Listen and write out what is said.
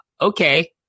okay